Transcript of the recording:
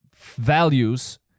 Values